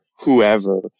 whoever